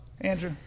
Andrew